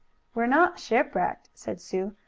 we're not shipwrecked, said sue.